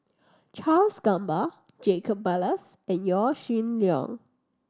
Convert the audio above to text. Charles Gamba Jacob Ballas and Yaw Shin Leong